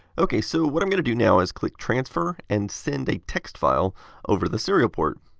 ok, so what i'm going to do now is click transfer and send a text file over the serial port.